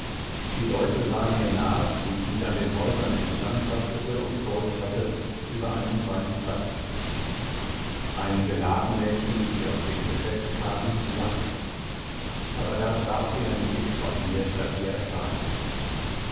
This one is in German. die leute sahen mir nach wie ich mich an den häusern entlangtastete und furcht hatte über einen freien platz zu gehen einige ladenmädchen die aus dem geschäft kamen lachten aber da traf sie ein blick von mir daß sie erschraken